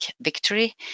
victory